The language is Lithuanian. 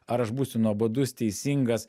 ar aš būsiu nuobodus teisingas